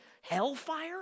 hellfire